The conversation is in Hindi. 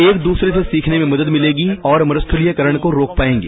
एक दूसरे से सीखने में मदद मिलेगी और मरूस्थलीयकरण को रोक पाएंगे